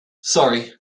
sorry